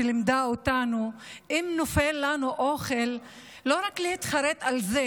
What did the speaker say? שלימדה אותנו שאם נופל לנו אוכל אז לא רק להתחרט על זה,